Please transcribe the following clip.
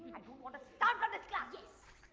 want a sound for this class. yes.